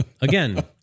Again